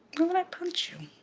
would i punch you?